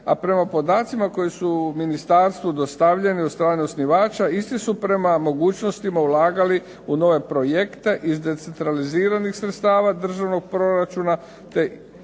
a prema podacima koji su ministarstvu dostavljeni od strane osnivača isti su prema mogućnostima ulagali u nove projekte iz decentraliziranih sredstava državnog proračuna,